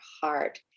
heart